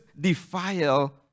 defile